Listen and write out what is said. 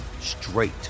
straight